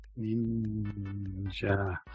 Ninja